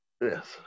Yes